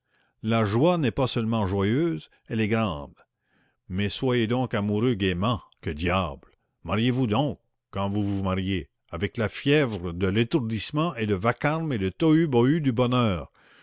la joie n'est pas seulement joyeuse elle est grande mais soyez donc amoureux gaîment que diable mariez-vous donc quand vous vous mariez avec la fièvre et l'étourdissement et le vacarme et le tohu-bohu du bonheur